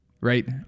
Right